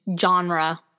genre